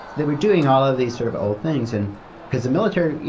they were doing all ah these sort of old things. and because the military, yeah